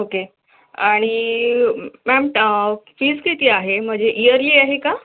okay आणि ma'am fees किती आहे म्हणजे ईयरली आहे का